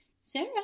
Sarah